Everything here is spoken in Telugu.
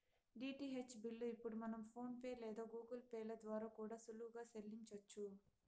డీటీహెచ్ బిల్లు ఇప్పుడు మనం ఫోన్ పే లేదా గూగుల్ పే ల ద్వారా కూడా సులువుగా సెల్లించొచ్చు